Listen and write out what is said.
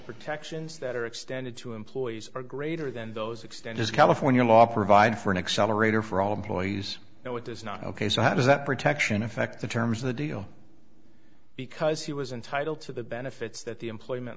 protections that are extended to employees are greater than those extend as california law provides for an accelerator for all employees and what is not ok so how does that protection affect the terms of the deal because he was entitled to the benefits that the employment